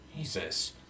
Jesus